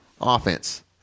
offense